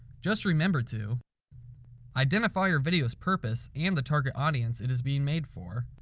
just remember to identify your videos purpose and the target audience it is being made for.